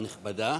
אבל נכבדה,